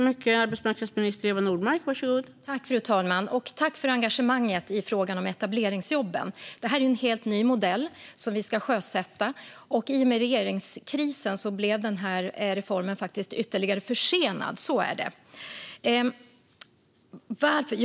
Fru talman! Tack, Marie-Louise Hänel Sandström, för engagemanget i frågan om etableringsjobben! Det är ju en helt ny modell som vi ska sjösätta, och i och med regeringskrisen så blev reformen faktiskt ytterligare försenad. Så är det. Varför?